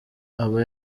aba